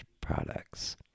products